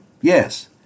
Yes